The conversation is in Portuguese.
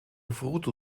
fruto